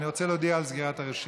אני רוצה להודיע על סגירת הרשימה.